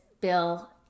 bill